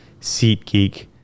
SeatGeek